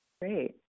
Great